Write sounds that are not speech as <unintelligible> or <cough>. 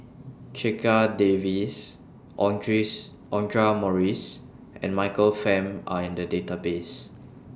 Checha Davies <unintelligible> Audra Morrice and Michael Fam Are in The Database